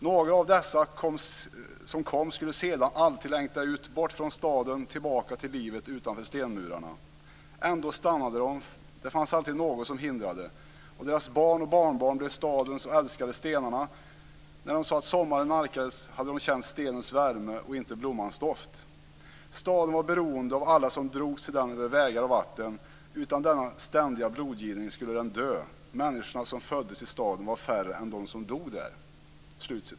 Några av dessa som kom skulle sedan alltid längta ut, bort från staden, tillbaka till livet utanför stenmurarna. Ändå stannade de, fanns alltid något som hindrade. Och deras barn och barnbarn blev stadens och älskade stenarna, när de sa att sommaren nalkades hade de känt stenens värme och inte blommans doft. Staden var beroende av alla som drogs till den över vägar och vatten, utan denna ständiga blodgivning skulle den dö. Människorna som föddes i staden var färre än de som dog där."